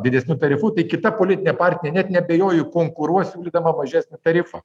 didesniu tarifu tai kita politinė partija net neabejoju konkuruos siūlydama mažesnį tarifą